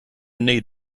need